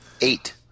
eight